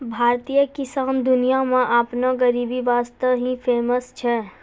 भारतीय किसान दुनिया मॅ आपनो गरीबी वास्तॅ ही फेमस छै